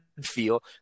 feel